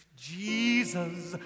Jesus